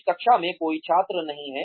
इस कक्षा में कोई छात्र नहीं हैं